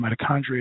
mitochondria